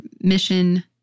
mission